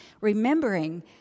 remembering